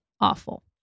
awful